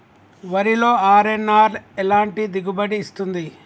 వరిలో అర్.ఎన్.ఆర్ ఎలాంటి దిగుబడి ఇస్తుంది?